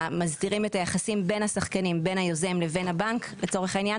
להסדיר את היחסים בין השחקנים בין היוזם לבין הבנק לצורך העניין